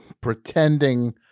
Pretending